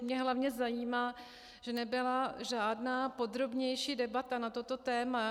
Mě hlavně zajímá, že nebyla žádná podrobnější debata na toto téma.